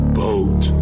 boat